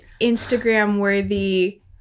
Instagram-worthy